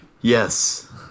yes